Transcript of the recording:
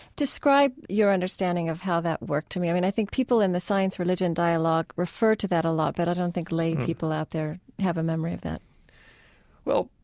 describe your understanding of how that worked to me. i mean, i think people in the science religion dialogue refer to that a lot, but i don't think lay people out there have a memory of that well,